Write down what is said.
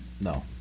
No